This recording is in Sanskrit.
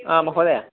हा महोदय